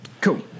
cool